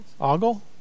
ogle